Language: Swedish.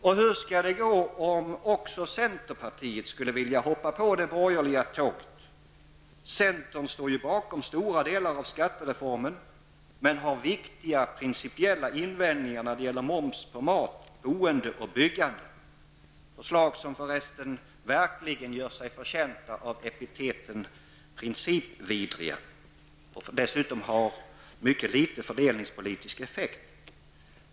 Och hur skall det gå om också centerpartiet skulle vilja hoppa på det borgerliga tåget? Centern står ju bakom stora delar av skattereformen men har viktiga principiella invändningar när det gäller moms på mat, boende och byggande, förslag som för resten gör sig förtjänta av epitetet principvidriga och dessutom har mycket liten fördelningspolitisk effekt.